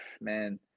man